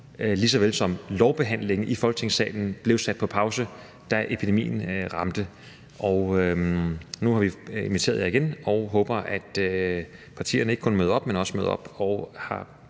lige så vel som lovbehandlingen i Folketingssalen blev sat på pause, da epidemien ramte. Nu har vi inviteret jer igen og håber, at partierne ikke kun møder op, men også møder op og har